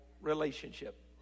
relationship